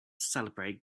celebrate